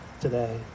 today